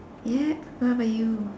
yeah what about you